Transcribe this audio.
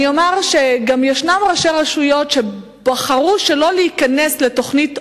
אני אומרת שיש ראשי רשויות שבחרו שלא להיכנס לתוכנית "אופק",